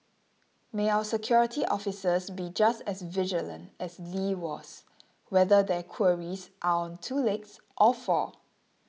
may our security officers be just as vigilant as Lee was whether their quarries are on two legs or four